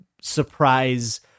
surprise